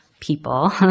people